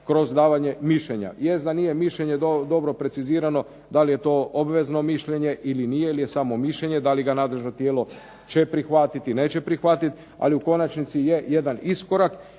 kroz davanje mišljenja. Jest da nije mišljenje dobro precizirano da li je to obvezno mišljenje ili nije ili je samo mišljenje, da li ga nadležno tijelo će prihvatiti, neće prihvatiti. Ali u konačnici je jedan iskorak,